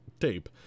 tape